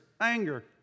anger